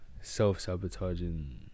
self-sabotaging